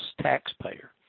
taxpayer